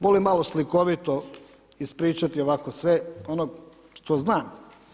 Volim malo slikovito ispričati ovako sve ono što znam.